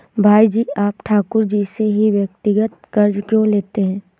भाई जी आप ठाकुर जी से ही व्यक्तिगत कर्ज क्यों लेते हैं?